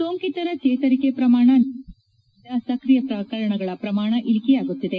ಸೋಂಕಿತರ ಚೇತರಿಕೆ ಪ್ರಮಾಣ ನಿರಂತರ ಏರಿಕೆಯಿಂದಾಗಿ ಸಕ್ರಿಯ ಪ್ರಕರಣಗಳ ಪ್ರಮಾಣ ಇಳಿಕೆಯಾಗುತ್ತಿದೆ